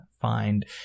find